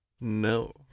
No